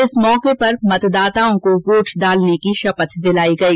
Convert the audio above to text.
इस मौके पर मतदाताओं को वोट डालने की शपथ दिलायी गयी